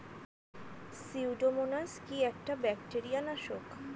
Pseudomonas কি একটা bacteria নাশক?